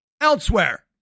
elsewhere